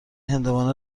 هندوانه